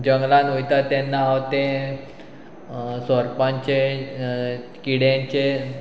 जंगलान वयता तेन्ना हांव तें सोरपांचे किड्यांचे